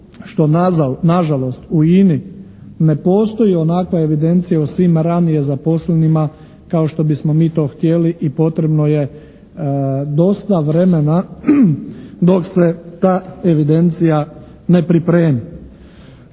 što nažalost u INA-i ne postoji onakva evidencija o svima ranije zaposlenima kao što bismo mi to htjeli i potrebno je dosta vremena dok se ta evidencija ne pripremi.